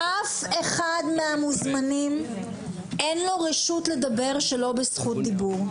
לאף אחד מהמוזמנים אין רשות לדבר שלא בזכות דיבור.